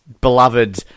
beloved